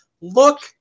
look